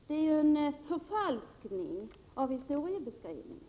Detta är ju historieförfalskning!